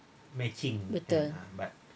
but the